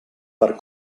per